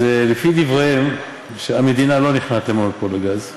לפי דבריהם, המדינה לא נכנעת למונופול הגז.